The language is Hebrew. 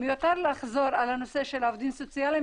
מיותר לחזור על הנושא של העובדים הסוציאליים,